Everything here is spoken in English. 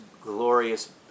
glorious